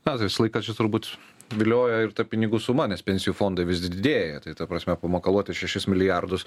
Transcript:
na tai visą laiką čia turbūt vilioja ir ta pinigų suma nes pensijų fondai vis didėja tai ta prasme pamakaluoti šešis milijardus